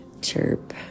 chirp